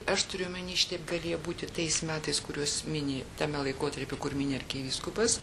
aš turiu omeny taip galėjo būti tais metais kuriuos mini tame laikotarpy kur mini arkivyskupas